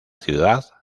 ciudad